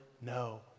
No